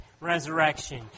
resurrection